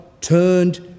turned